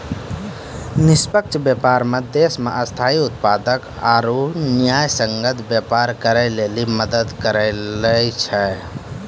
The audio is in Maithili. निष्पक्ष व्यापार मे देश मे स्थायी उत्पादक आरू न्यायसंगत व्यापार करै लेली मदद करै छै